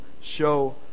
show